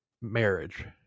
marriage